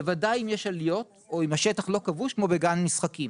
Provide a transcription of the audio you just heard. בוודאי אם יש עליות או אם השטח לא כבוש כמו בגן משחקים,